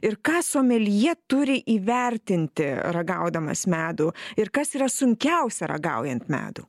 ir ką someljė turi įvertinti ragaudamas medų ir kas yra sunkiausia ragaujant medų